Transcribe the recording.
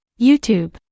YouTube